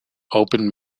open